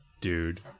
dude